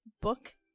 book